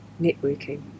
Networking